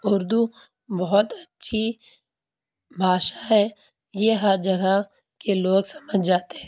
اردو بہت اچھی بھاشا ہے یہ ہر جگہ کے لوگ سمجھ جاتے ہیں